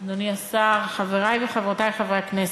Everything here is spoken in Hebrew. תודה רבה, אדוני השר, חברי וחברותי חברי הכנסת,